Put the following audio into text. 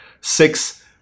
Six